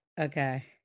Okay